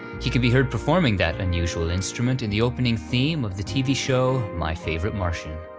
he could be heard performing that unusual instrument in the opening theme of the tv show, my favorite martian.